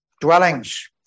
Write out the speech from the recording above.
dwellings